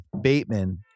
Bateman